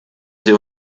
sie